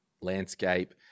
landscape